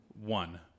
one